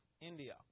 India